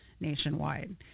nationwide